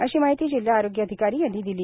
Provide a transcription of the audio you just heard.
अशी माहिती जिल्हा आरोग्य अधिकारी यांनी दिली